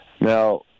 now